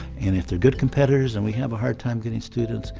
and if they're good competitors and we have a hard time getting students,